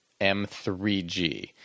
M3G